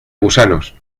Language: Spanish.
gusanos